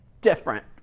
different